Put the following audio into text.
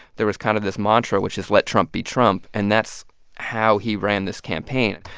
there was kind of this mantra, which is let trump be trump. and that's how he ran this campaign.